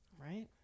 right